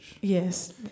Yes